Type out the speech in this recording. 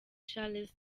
charles